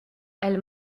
elle